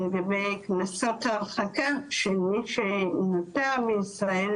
לגביי קנסות ההרחקה של מי שנותר בישראל,